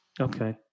Okay